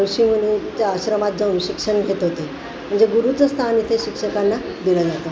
ऋषीमुनी त्या आश्रमातून शिक्षण घेत होते म्हणजे गुरुचं स्थान हे शिक्षकांना दिलं जातं